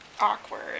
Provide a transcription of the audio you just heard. Awkward